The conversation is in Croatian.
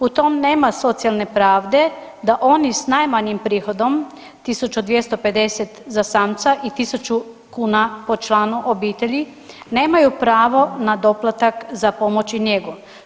U tom nema socijalne pravde da oni s najmanjim prihodom 1.250 za samca i 1.000 kuna po članu obitelji nemaju pravo za doplatak za pomoć i njegu.